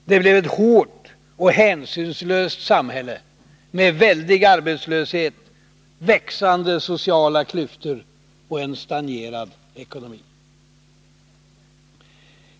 Det blev ett hårt och hänsynslöst samhälle med väldig arbetslöshet, växande sociala klyftor och en stagnerad ekonomi.